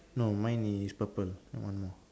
no mine is purple and one more